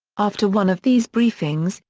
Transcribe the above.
after one of these briefings,